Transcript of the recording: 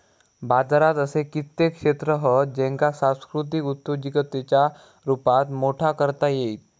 बाजारात असे कित्येक क्षेत्र हत ज्येंका सांस्कृतिक उद्योजिकतेच्या रुपात मोठा करता येईत